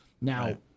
Now